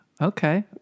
Okay